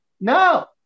No